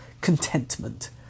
Contentment